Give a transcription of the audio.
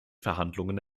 verhandlungen